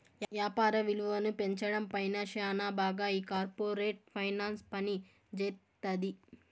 యాపార విలువను పెంచడం పైన శ్యానా బాగా ఈ కార్పోరేట్ ఫైనాన్స్ పనిజేత్తది